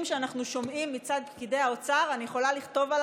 הגמגומים שאנחנו שומעים מצד פקידי האוצר אני יכולה לכתוב,